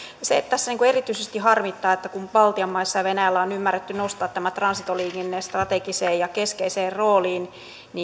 se tässä erityisesti harmittaa kun baltian maissa ja venäjällä on ymmärretty nostaa tämä transitoliikenne strategiseen ja keskeiseen rooliin